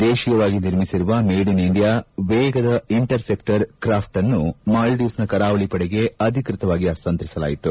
ದೇತೀಯವಾಗಿ ನಿರ್ಮಿಸಿರುವ made in India ವೇಗದ interceptor craft ಅನ್ನು ಮಾಲ್ದೀವ್ಸ್ನ ಕರಾವಳ ಪಡೆಗೆ ಅಧಿಕೃತವಾಗಿ ಹಸ್ತಾಂತರಿಸಲಾಯಿತು